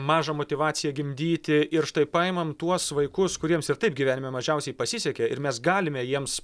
mažą motyvaciją gimdyti ir štai paimam tuos vaikus kuriems ir taip gyvenime mažiausiai pasisekė ir mes galime jiems